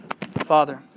Father